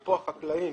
אפרופו החקלאים,